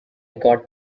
got